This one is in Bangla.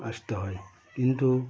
আসতে হয় কিন্তু